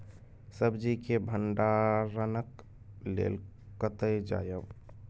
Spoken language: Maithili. सब्जी के भंडारणक लेल कतय जायब?